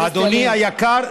אדוני היקר,